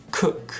cook